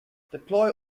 deploy